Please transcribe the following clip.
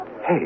Hey